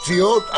פציעות,